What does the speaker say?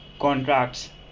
contracts